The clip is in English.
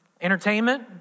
Entertainment